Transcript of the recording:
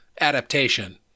adaptation